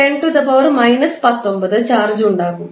602 ∗ 10 19 charge ഉണ്ടാകും